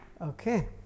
Okay